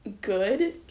good